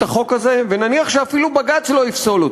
החוק הזה ונניח שאפילו בג"ץ לא יפסול אותו,